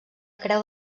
creu